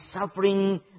suffering